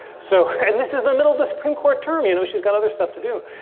so and this is the middle of the supreme court term. you know, she's got other stuff to do.